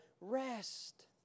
rest